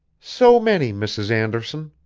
so many, mrs. anderson.